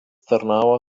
tarnavo